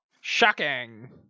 Shocking